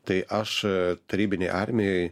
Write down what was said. tai aš tarybinėj armijoj